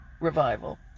revival